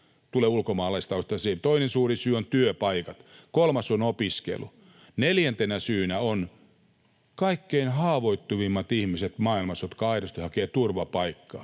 tulee ulkomaalaistaustaisia. Toinen suuri syy on työpaikat, kolmas on opiskelu. Neljäntenä syynä ovat kaikkein haavoittuvimmat ihmiset maailmassa, jotka aidosti hakevat turvapaikkaa.